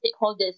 stakeholders